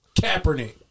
Kaepernick